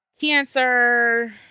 cancer